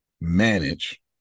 manage